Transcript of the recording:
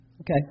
okay